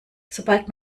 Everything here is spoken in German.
sobald